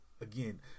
again